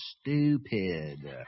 stupid